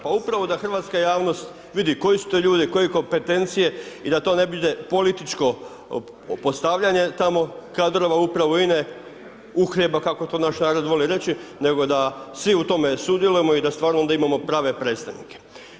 Pa upravo da hrvatska javnost vidi koji su to ljudi, koje kompetencije i da to ne bude političko postavljanje tamo kadrova upravo INA-e, uhljeba kako to naš narod voli reći, nego da svi u tome sudjelujemo i da stvarno onda imamo prave predstavnike.